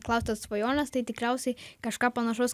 klausėte svajonės tai tikriausiai kažką panašau